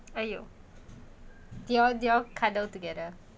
!aiyo! do you all do you all cuddle together